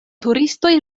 turistoj